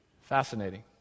Fascinating